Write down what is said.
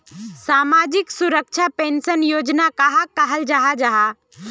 सामाजिक सुरक्षा पेंशन योजना कहाक कहाल जाहा जाहा?